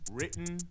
Written